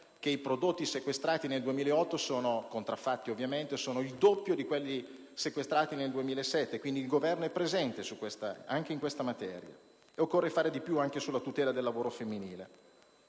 contraffatti sequestrati nel 2008 sono il doppio di quelli sequestrati nel 2007; quindi, il Governo è presente anche in questa materia e occorre fare di più anche sulla tutela del lavoro femminile.